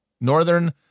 Northern